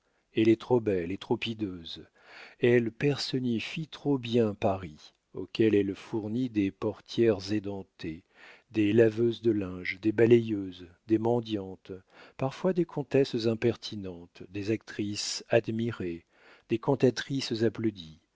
elle est trop belle et trop hideuse elle personnifie trop bien paris auquel elle fournit des portières édentées des laveuses de linge des balayeuses des mendiantes parfois des comtesses impertinentes des actrices admirées des cantatrices applaudies